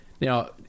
Now